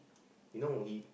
you know he